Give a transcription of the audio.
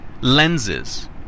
lenses